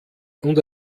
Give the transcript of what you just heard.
und